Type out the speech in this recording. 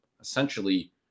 essentially